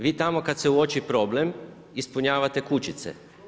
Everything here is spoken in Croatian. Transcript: Vi tamo kad se uoči problem, ispunjavate kućice.